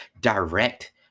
direct